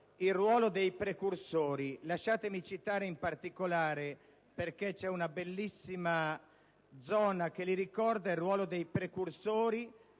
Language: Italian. il ruolo dei precursori. Lasciatemi citare in particolare, perché c'è una bellissima zona che li ricorda, il ruolo del movimento